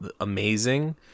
amazing